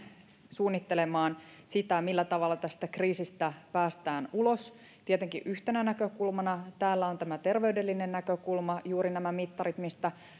suunnittelemaan sitä millä tavalla tästä kriisistä päästään ulos tietenkin yhtenä näkökulmana täällä on tämä terveydellinen näkökulma juuri nämä mittarit mistä